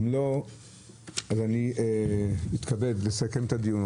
אני מתכבד לסכם את הדיון.